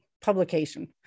publication